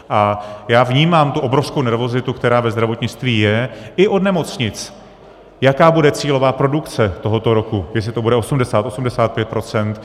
A já vnímám tu obrovskou nervozitu, která ve zdravotnictví je, i od nemocnic, jaká bude cílová produkce tohoto roku, jestli to bude 80, 85 %.